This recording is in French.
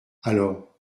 alors